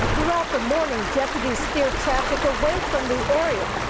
throughout the morning deputies, steer traffic away from the area.